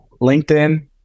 LinkedIn